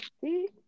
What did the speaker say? see